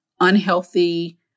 Unhealthy